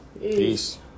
peace